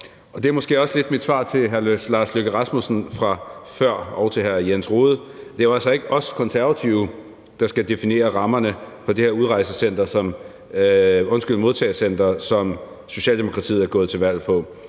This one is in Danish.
Det er måske også lidt mit svar fra før til hr. Lars Løkke Rasmussen og til hr. Jens Rohde: Det er altså ikke os Konservative, der skal definere rammerne for det her modtagecenter, som Socialdemokratiet er gået til valg på,